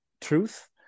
truth